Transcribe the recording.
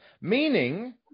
Meaning